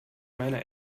meiner